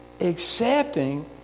accepting